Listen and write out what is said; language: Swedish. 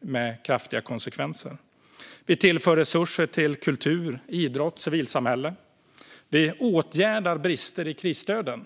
med kraftiga konsekvenser. Vi tillför resurser till kultur, idrott och civilsamhälle. Vi åtgärdar också brister i krisstöden.